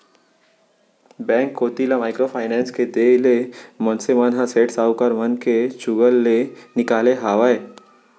bank कोती ले micro finance के देय ले मनसे मन ह सेठ साहूकार मन के चुगूल ले निकाले हावय